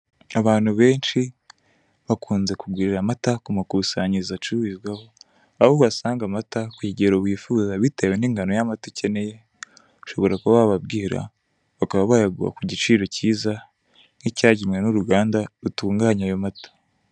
Abantu benshi bakunze kugurira amata ku makusanyirizo acururizwaho aho uhasanga amata ku kigero wifuza bitewe n'ingano y'amata ukeneye ushobora kuba wababwira bakaba bayaguha ku giciro kiza nk'icyagenywe n'uruganda rutunganya ayo mata.